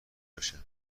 باشه